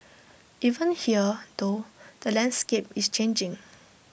even here though the landscape is changing